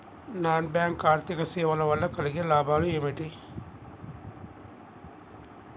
Non bank ఆర్థిక సేవల వల్ల కలిగే లాభాలు ఏమిటి?